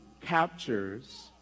captures